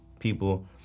People